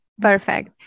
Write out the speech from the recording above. Perfect